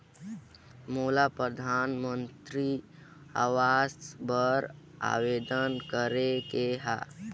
मोला परधानमंतरी आवास बर आवेदन करे के हा?